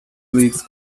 leagues